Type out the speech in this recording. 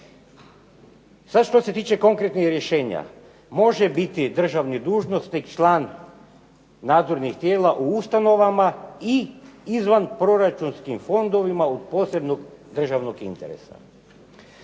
Sad što se tiče konkretnih rješenja, može biti državni dužnosnik član nadzornih tijela u ustanovama i izvanproračunskim fondovima od posebnog državnog interesa.